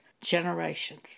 generations